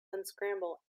unscramble